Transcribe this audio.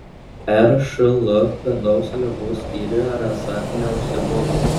ršl vidaus ligų skyriuje rasa neužsibuvo